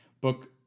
Book